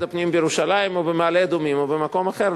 הפנים בירושלים או במעלה-אדומים או במקום אחר.